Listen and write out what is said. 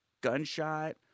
gunshot